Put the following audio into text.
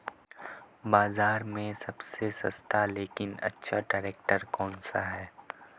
बाज़ार में सबसे सस्ता लेकिन अच्छा ट्रैक्टर कौनसा है?